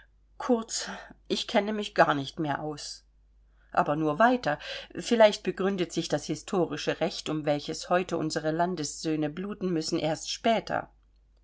kurz ich kenne mich gar nicht mehr aus aber nur weiter vielleicht begründet sich das historische recht um welches heute unsere landessöhne bluten müssen erst später